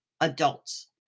adults